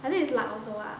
I think it's luck also lah